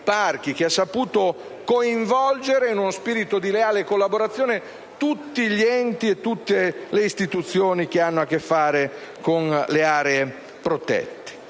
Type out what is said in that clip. che ha saputo coinvolgere in uno spirito di leale collaborazione tutti gli enti e le istituzioni che hanno a che fare con le aree protette.